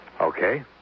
Okay